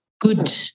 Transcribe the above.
good